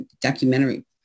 documentary